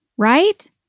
Right